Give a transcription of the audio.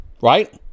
right